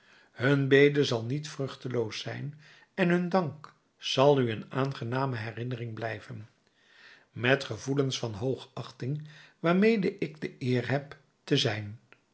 hun bede zal niet vruchteloos zijn en hun dank zal u een aangename herinnering blijven met gevoelens van hoogachting waarmede ik de eer heb te zijn